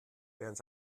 während